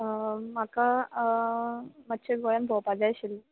म्हाका मात्शें गोंयान भोंवपा जाय आशिल्लें